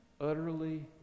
utterly